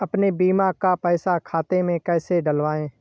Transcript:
अपने बीमा का पैसा खाते में कैसे डलवाए?